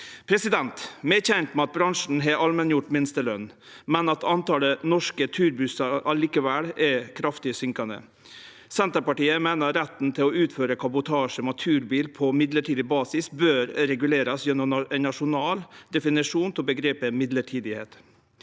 glade for. Vi er kjent med at bransjen har allmenngjort minsteløn, men at talet på norske turbussar likevel er kraftig fallande. Senterpartiet meiner retten til å utføre kabotasje med turbil på midlertidig basis bør regulerast gjennom ein nasjonal definisjon av omgrepet midlertidigheit.